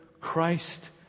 Christ